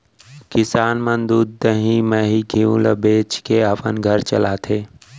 किसान मन दूद, दही, मही, घींव ल बेचके अपन घर चलाथें